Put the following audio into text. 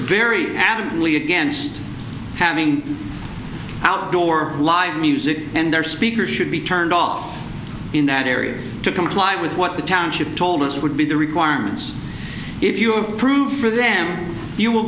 very adamantly against having outdoor live music and our speakers should be turned off in that area to comply with what the township told us would be the requirements if you have proof for them you will